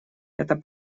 это